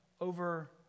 over